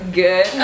good